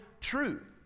truth